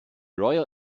royal